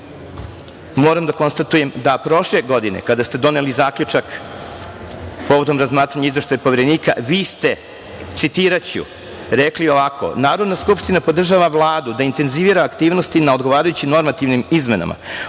Moram da konstatujem da prošle godine, kada ste doneli Zaključak povodom razmatranja Izveštaja Poverenika, vi ste, citiraću, rekli ovako: „Narodna skupština podržava Vladu da intenzivira aktivnosti na odgovarajućim normativnim izmenama,